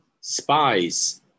spies